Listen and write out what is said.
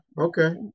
Okay